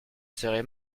serai